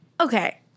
okay